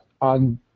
on